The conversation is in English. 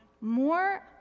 more